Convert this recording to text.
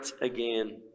again